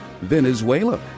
Venezuela